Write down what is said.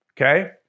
Okay